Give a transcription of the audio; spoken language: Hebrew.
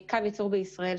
בישראל,